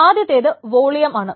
ആദ്യത്തേത് വോളിയം ആണ്